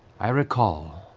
i recall.